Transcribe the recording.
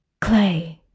Clay